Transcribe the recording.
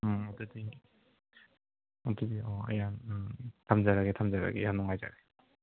ꯎꯝ ꯑꯗꯨꯗꯤ ꯑꯗꯨꯗꯤ ꯑꯣ ꯑꯌꯥ ꯎꯝ ꯊꯝꯖꯔꯒꯦ ꯊꯝꯖꯔꯒꯦ ꯌꯥꯝ ꯅꯨꯡꯉꯥꯏꯖꯔꯦ